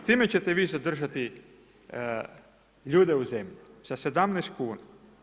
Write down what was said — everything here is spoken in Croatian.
S time ćete vi zadržati ljude u zemlji sa 17 kuna.